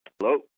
Hello